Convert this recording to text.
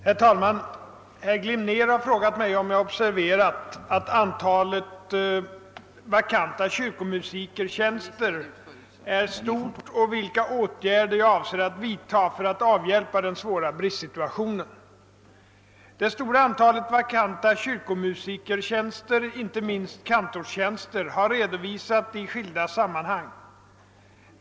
Herr talman! Herr Glimnér har frågat mig om jag observerat att antalet vakanta kyrkomusikertjänster är stort och vilka åtgärder jag avser att vid taga för att avhjälpa den svåra bristsituationen. Det stora antalet vakanta kyrkomusikertjänster, inte minst kantorstjänster, har redovisats i skilda sammanhang.